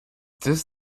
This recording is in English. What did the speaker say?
this